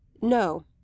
No